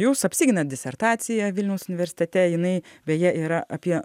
jūs apsiginat disertaciją vilniaus universitete jinai beje yra apie